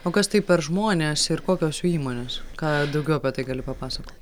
o kas tai per žmonės ir kokios jų įmonės ką daugiau apie tai gali papasakot